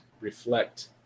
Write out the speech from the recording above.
reflect